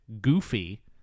goofy